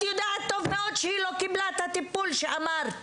יודעת טוב מאוד שהיא לא קיבלה את הטיפול שאמרת!